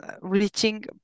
reaching